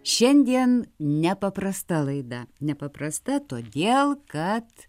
šiandien nepaprasta laida nepaprasta todėl kad